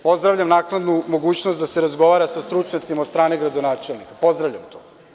Pozdravljam naknadnu mogućnost da se razgovara sa stručnjacima od strane gradonačelnika, pozdravljam to.